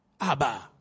Abba